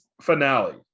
finale